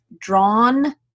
Drawn